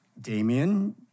Damien